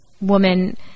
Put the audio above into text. woman